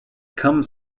comes